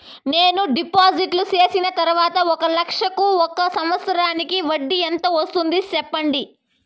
నేను డిపాజిట్లు చేసిన తర్వాత ఒక లక్ష కు ఒక సంవత్సరానికి వడ్డీ ఎంత వస్తుంది? సెప్పండి?